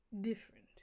different